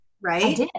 right